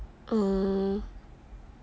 mm